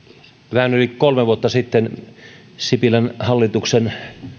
vähän yli kolme vuotta sitten sipilän hallituksen